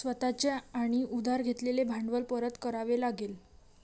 स्वतः चे आणि उधार घेतलेले भांडवल परत करावे लागेल